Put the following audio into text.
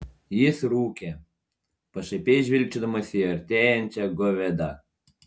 jis rūkė pašaipiai žvilgčiodamas į artėjančią govėdą